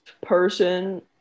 person